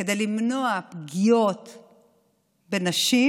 כדי למנוע פגיעות בנשים,